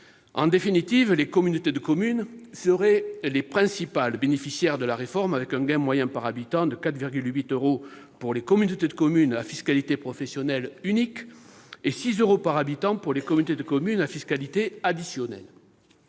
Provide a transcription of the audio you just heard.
En définitive, les communautés de communes seraient les principales bénéficiaires de la réforme, avec un gain moyen par habitant de 4,8 euros pour les communautés de communes à fiscalité professionnelle unique, et 6 euros par habitant pour les communautés de communes à fiscalité additionnelle.